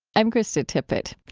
i'm krista tippett.